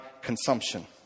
consumption